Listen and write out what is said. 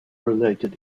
related